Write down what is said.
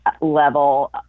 level